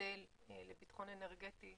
מודל לביטחון אנרגטי,